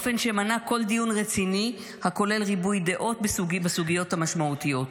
באופן שמנע כל דיון רציני הכולל ריבוי דעות בסוגיות המשמעותיות.